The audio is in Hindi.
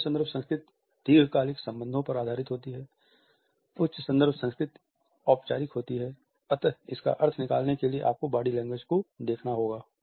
उच्च संदर्भ संस्कृति दीर्घकालिक संबंधों पर आधारित होती है उच्च संदर्भ संस्कृति औपचारिक होती है अतः इसका अर्थ निकालने के लिए आपको बॉडी लैंग्वेज को देखना होगा